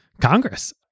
Congress